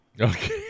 Okay